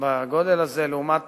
בגודל הזה, לעומת